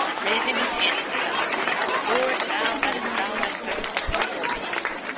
raising his hands to heaven lord, now lettest thou thy servant depart in peace,